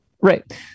Right